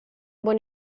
buona